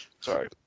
Sorry